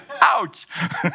Ouch